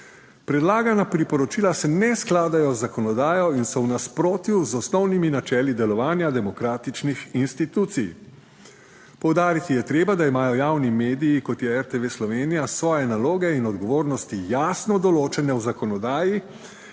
Predlagana priporočila se ne skladajo z zakonodajo in so v nasprotju z osnovnimi načeli delovanja demokratičnih institucij. Poudariti je treba, da imajo javni mediji, kot je RTV Slovenija, svoje naloge in odgovornosti jasno določene v zakonodaji